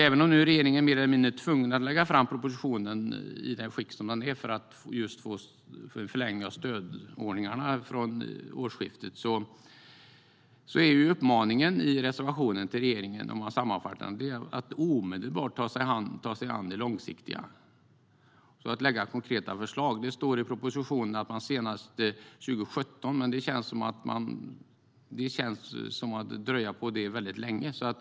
Även om regeringen nu är mer eller mindre tvungen att lägga fram propositionen i detta skick för att det ska bli en förlängning av stödordningarna från årsskiftet är uppmaningen i reservationen till regeringen att omedelbart ta sig an det långsiktiga och att lägga fram konkreta förslag. Det står i propositionen att man ska göra detta senast 2017. Men det känns som om man dröjer med detta väldigt länge.